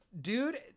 dude